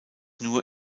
nur